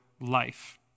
life